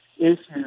issues